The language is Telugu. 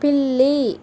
పిల్లి